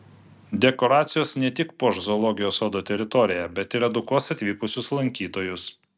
dekoracijos ne tik puoš zoologijos sodo teritoriją bet ir edukuos atvykusius lankytojus